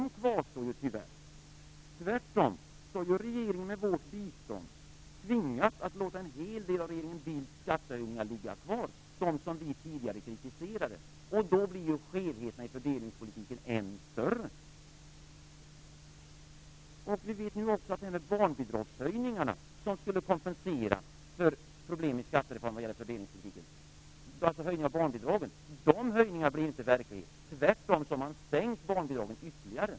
De kvarstår tyvärr. Tvärtom har regeringen med vårt bistånd tvingats att låta en hel del av regeringen Bildts skattehöjningar ligga kvar - de som vi tidigare kritiserade. Då blir skevheterna i fördelningspolitiken än större. Vi vet nu också att även barnbidragshöjningarna, som skulle kompensera för problem med skattereformen vad gäller fördelningspolitiken, inte blir verklighet. Tvärtom har man sänkt barnbidragen ytterligare.